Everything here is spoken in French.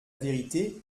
vérité